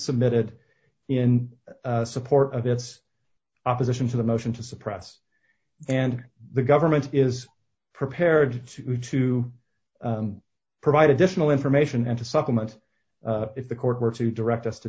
submitted in support of its opposition to the motion to suppress and the government is prepared to move to provide additional information and to supplement if the court were to direct us to